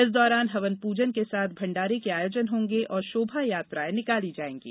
इस दौरान हवन पूजन के साथ भंडारे के आयोजन होंगे और शोभा यात्राएं निकाली जाएंगी